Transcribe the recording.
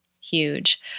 huge